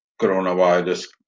coronavirus